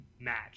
match